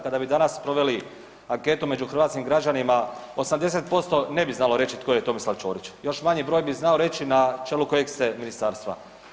Kada bi danas proveli anketu među hrvatskim građanima 80% ne bi znalo reći tko je Tomislav Ćorić, još manji broj bi znao reći na čelu kojeg ste ministarstva.